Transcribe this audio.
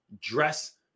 dress